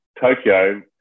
Tokyo